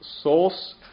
source